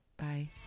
Bye